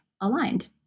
aligned